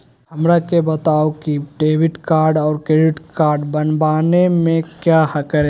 हमरा के बताओ की डेबिट कार्ड और क्रेडिट कार्ड बनवाने में क्या करें?